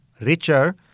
richer